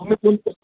तुम्ही कोणत्या